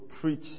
preach